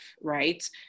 right